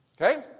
Okay